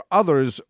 others